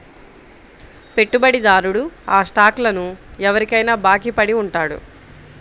పెట్టుబడిదారుడు ఆ స్టాక్లను ఎవరికైనా బాకీ పడి ఉంటాడు